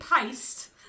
paste